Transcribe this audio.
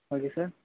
okay sir